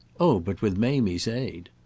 oh but with mamie's aid.